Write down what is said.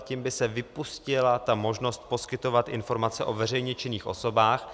Tím by se vypustila ta možnost poskytovat informace o veřejně činných osobách.